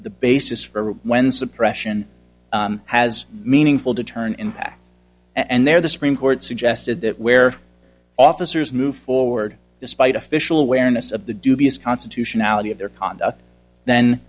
the basis for when suppression has meaningful to turn impact and there the supreme court suggested that where officers move forward despite official awareness of the dubious constitutionality of their conduct then